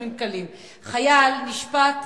חייל נשפט,